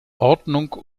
ordnung